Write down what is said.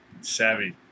Savvy